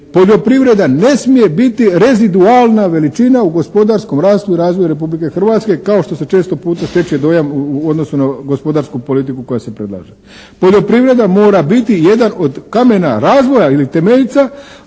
poljoprivreda ne smije biti rezidualna veličina u gospodarskom rastu i razvoju Republike Hrvatske kao što se često puta stječe dojam u odnosu na gospodarsku politiku koja se predlaže. Poljoprivreda mora biti jedan od kamena razvoja ili temeljca